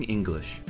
English